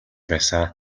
байсан